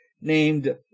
named